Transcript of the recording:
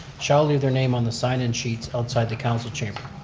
shall leave their name on the sign-in sheets outside the council chamber.